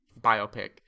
biopic